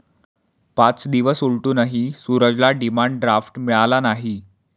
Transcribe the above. पाच दिवस उलटूनही सूरजला डिमांड ड्राफ्ट मिळाला नाही